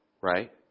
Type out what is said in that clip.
right